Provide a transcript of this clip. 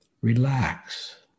relax